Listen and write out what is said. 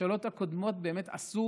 הממשלות הקודמות באמת עשו